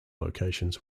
locations